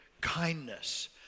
kindness